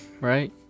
Right